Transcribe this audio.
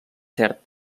cert